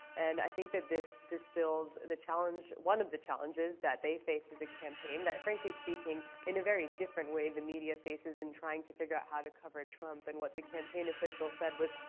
and i think that this distills the challenge one of the challenges that they faced as a campaign that frankly speaking, in a very different way, the media faces in trying to figure out how to cover trump and what the campaign official said was,